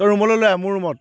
তই ৰুমলৈ লৈ আহ মোৰ ৰুমত